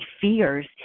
fears